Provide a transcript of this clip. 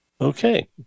okay